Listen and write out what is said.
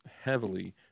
heavily